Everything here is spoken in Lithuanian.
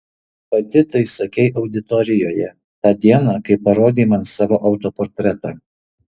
pati tai sakei auditorijoje tą dieną kai parodei man savo autoportretą